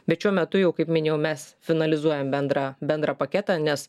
bet šiuo metu jau kaip minėjau mes finalizuojam bendrą bendrą paketą nes